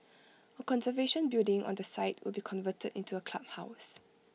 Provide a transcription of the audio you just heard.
A conservation building on the site will be converted into A clubhouse